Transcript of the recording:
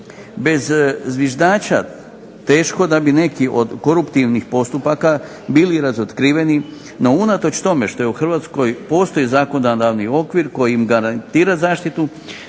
Bez zviždača teško da bi neki od koruptivnih postupaka bili razotkriveni, no unatoč tome što u Hrvatskoj postoji zakonodavni okvir koji im garantira zaštitu